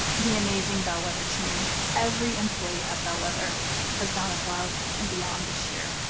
the amazing bellwether team. every employee at bellwether has gone above and beyond this year.